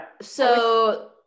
so-